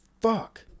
Fuck